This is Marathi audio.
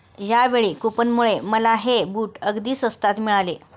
यावेळी कूपनमुळे मला हे बूट अगदी स्वस्तात मिळाले